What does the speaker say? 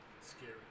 scary